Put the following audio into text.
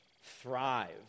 thrive